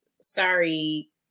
Sorry